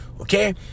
okay